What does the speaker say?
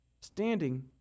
standing